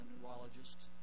neurologist